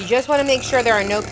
you just want to make sure there are no